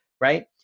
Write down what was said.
Right